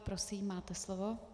Prosím, máte slovo.